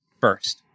First